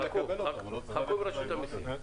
חכו עם רשות המיסים.